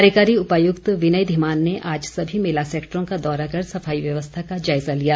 कार्यकारी उपायुक्त विनय धीमान ने आज सभी मेला सैक्टरों का दौरा कर सफाई व्यवस्था का जायजा लिया